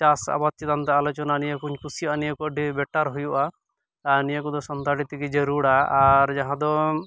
ᱪᱟᱥ ᱟᱵᱟᱫᱽ ᱪᱤᱛᱟᱱ ᱛᱮ ᱟᱞᱳᱪᱚᱱᱟ ᱱᱤᱭᱟᱹᱠᱚᱧ ᱠᱩᱥᱤᱭᱟᱜᱼᱟ ᱱᱤᱭᱟᱹ ᱠᱚ ᱟᱹᱰᱤ ᱵᱮᱴᱟᱨ ᱦᱩᱭᱩᱜᱼᱟ ᱟᱨ ᱱᱤᱭᱟᱹ ᱠᱚᱫᱚ ᱥᱟᱱᱛᱟᱲᱤ ᱛᱤᱜᱤ ᱡᱟᱹᱨᱩᱲᱟ ᱟᱨ ᱡᱟᱦᱟᱸ ᱫᱚ